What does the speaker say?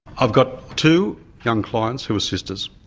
i've got two young clients who are sisters,